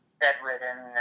bedridden